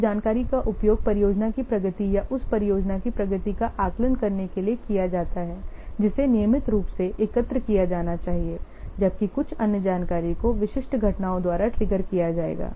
कुछ जानकारी का उपयोग परियोजना की प्रगति या उस परियोजना की प्रगति का आकलन करने के लिए किया जाता है जिसे नियमित रूप से एकत्र किया जाना चाहिए जबकि कुछ अन्य जानकारी को विशिष्ट घटनाओं द्वारा ट्रिगर किया जाएगा